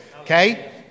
Okay